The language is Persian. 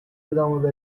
ادامه